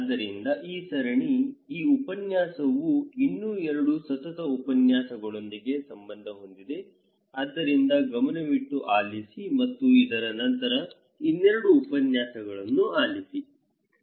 ಆದ್ದರಿಂದ ಈ ಸರಣಿ ಈ ಉಪನ್ಯಾಸವು ಇನ್ನೂ ಎರಡು ಸತತ ಉಪನ್ಯಾಸಗಳೊಂದಿಗೆ ಸಂಬಂಧ ಹೊಂದಿದೆ ಆದ್ದರಿಂದ ಗಮನವಿಟ್ಟು ಆಲಿಸಿ ಮತ್ತು ಇದರ ನಂತರ ಇನ್ನೆರಡು ಉಪನ್ಯಾಸಗಳನ್ನು ಆಲಿಸಿ ಸರಿ